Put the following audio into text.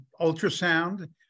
ultrasound